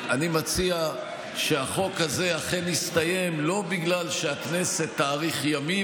אני מציע שהחוק הזה אכן יסתיים לא בגלל שהכנסת תאריך ימים,